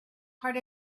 part